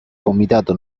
comitato